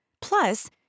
Plus